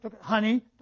Honey